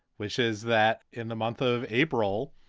which is that in the month of april,